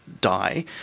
die